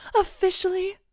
Officially